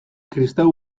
kristau